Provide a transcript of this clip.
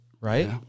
right